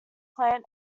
plant